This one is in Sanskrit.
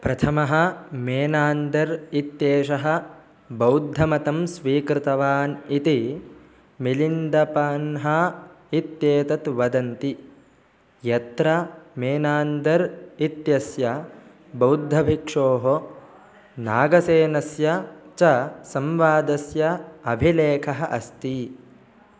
प्रथमः मेनान्दर् इत्येषः बौद्धमतं स्वीकृतवान् इति मिलिन्दपान्हा इत्येतत् वदन्ति यत्र मेनान्दर् इत्यस्य बौद्धभिक्षोः नागसेनस्य च संवादस्य अभिलेखः अस्ति